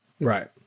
Right